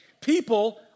People